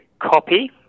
copy